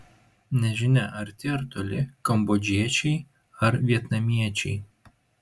nežinia arti ar toli kambodžiečiai ar vietnamiečiai